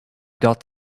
got